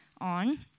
on